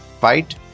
fight